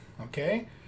okay